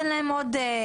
ניתן להם עוד